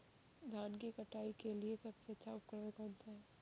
धान की कटाई के लिए सबसे अच्छा उपकरण कौन सा है?